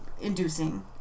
Inducing